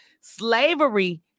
slavery